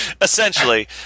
Essentially